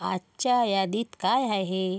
आजच्या यादीत काय आहे